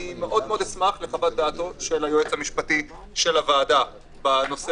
אשמח לחוות דעתו של היועץ המשפטי של הוועדה בנושא